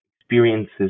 experiences